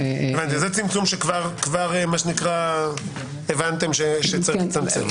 זה צמצום שכבר הבנתם שצריך לצמצם.